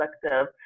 perspective